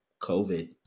COVID